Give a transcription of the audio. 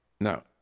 now